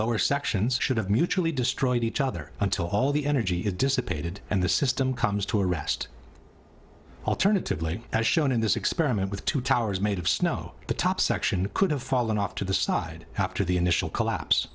lower sections should have mutually destroyed each other until all the energy is dissipated and the system comes to a rest alternatively as shown in this experiment with two towers made of snow the top section could have fallen off to the side after the initial collapse